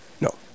No